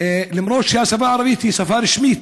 למרות שהשפה הערבית היא שפה רשמית.